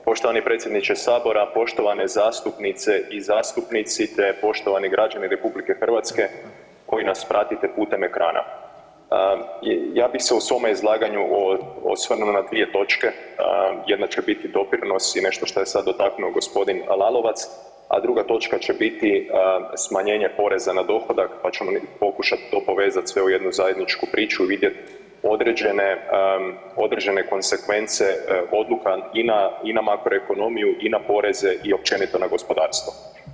Ok, poštovani predsjedniče sabora, poštovane zastupnice i zastupnici te poštovani građani RH koji nas pratite putem ekrana, ja bi se u svome izlaganju osvrnuo na dvije točke jedna će biti doprinos i nešto što je sad dotaknuo gospodin Lalovac, a druga točka će biti smanjenje poreza na dohodak pa ćemo pokušat to povezat sve u jednu zajedničku priču, vidjet određene, određene konsekvence odluka i na makroekonomiju i na poreze i općenito na gospodarstvo.